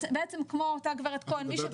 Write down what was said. בעצם כמו אותה גב' כהן --- את מדברת